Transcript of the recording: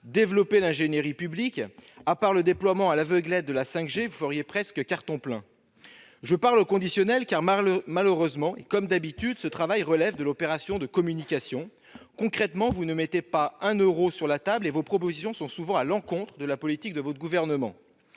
développer l'ingénierie publique : à part le développement à l'aveuglette de la 5G, vous feriez presque carton plein ! Je parle au conditionnel, parce que, malheureusement, comme d'habitude, ce travail relève de l'opération de communication. Concrètement, vous ne mettez pas un euro sur la table. En outre, vos propositions vont souvent à l'encontre de la politique de votre gouvernement.